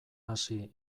hasi